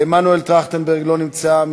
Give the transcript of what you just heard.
מנואל טרכטנברג, לא נמצא.